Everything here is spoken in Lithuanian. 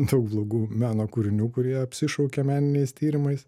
daug blogų meno kūrinių kurie apsišaukia meniniais tyrimais